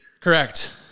correct